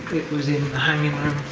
it was in the hanging room